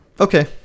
Okay